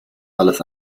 alles